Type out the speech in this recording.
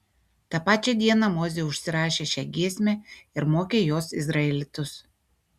tą pačią dieną mozė užsirašė šią giesmę ir mokė jos izraelitus